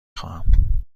خواهم